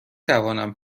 توانم